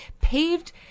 paved